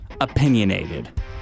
opinionated